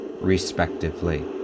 respectively